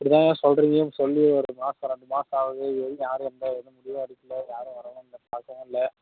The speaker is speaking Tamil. இப்படி தான் சொல்கிறீங்கன்னு சொல்லி ஒரு மாதம் ரெண்டு மாதம் ஆகுது இதுவரைக்கும் யாரும் எந்த எதுவும் முடிவும் எடுக்கலை யாரும் வரவும் இல்லை பார்க்கவும் இல்லை